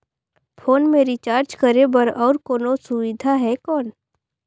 Phone मे recharge करे बर और कोनो सुविधा है कौन?